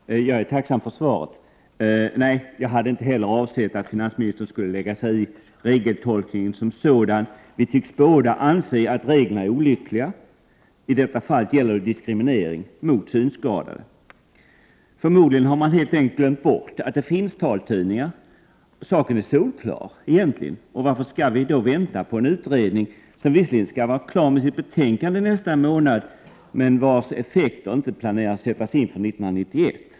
Herr talman! Jag är tacksam för svaret. Jag hade inte avsett att finansministern skulle lägga sig i regeltolkningen som sådan. Vi tycks båda anse att reglerna är olyckligt utformade. I detta fall gäller det diskriminering mot synskadade. Förmodligen har man helt enkelt glömt bort att det finns taltidningar. Saken är egentligen solklar. Varför skall vi då vänta på en utredning, som visserligen skall vara klar med sitt betänkande nästa månad men vars effekter inte planeras ge resultat förrän 1991?